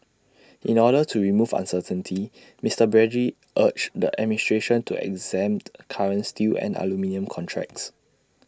in order to remove uncertainty Mister Brady urged the administration to exempt current steel and aluminium contracts